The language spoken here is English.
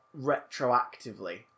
retroactively